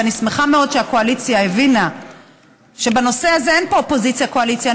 ואני שמחה מאוד שהקואליציה הבינה שבנושא הזה אין פה אופוזיציה קואליציה.